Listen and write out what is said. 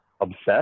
obsessed